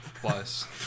Plus